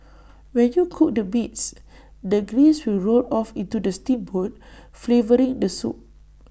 when you cook the meats the grease will roll off into the steamboat flavouring the soup